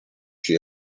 się